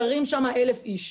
גרים שם 1,000 אנשים.